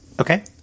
Okay